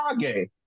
Kage